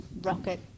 rocket